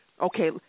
okay